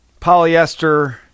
polyester